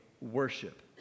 worship